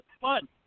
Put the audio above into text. fun